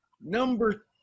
number